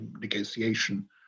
negotiation